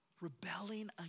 Rebelling